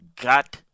Got